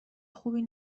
خوبی